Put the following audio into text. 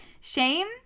shame